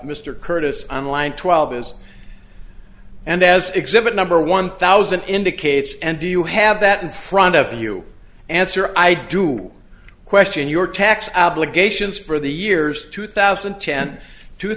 mr curtis i'm line twelve is and as exhibit number one thousand indicates and do you have that in front of you answer i do question your tax obligations for the years two thousand and ten two